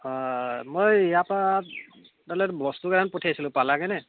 মই ইয়াৰপৰা তালৈ বস্তু কেইটামান পঠাইছিলোঁ পালাগৈনে